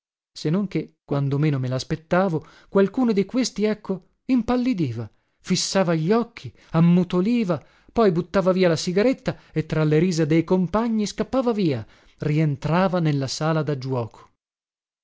se non che quando meno me laspettavo qualcuno di questi ecco impallidiva fissava gli occhi ammutoliva poi buttava via la sigaretta e tra le risa dei compagni scappava via rientrava nella sala da giuoco